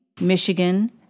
Michigan